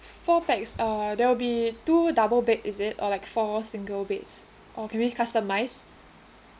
four pax uh there will be two double bed is it or like for single beds or can we customize